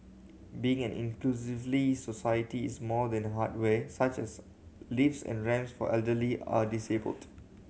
being an inclusively society is more than hardware such as lifts and ramps for elderly are disabled